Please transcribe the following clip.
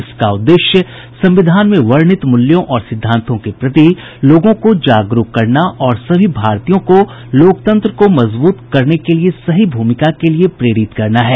इसका उद्देश्य संविधान में वर्णित मूल्यों और सिद्वांतों के प्रति लोगों को जागरुक करना और सभी भारतीयों को लोकतंत्र को मजबूत करने के लिए सही भूमिका के प्रति प्रेरित करना है